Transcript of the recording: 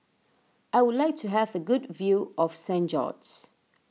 I would like to have a good view of Saint George's